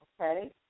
okay